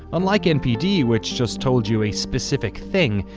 unlike npd which just told you a specific thing,